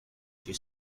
she